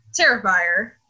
Terrifier